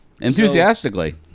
Enthusiastically